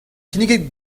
kinniget